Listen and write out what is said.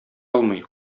алмый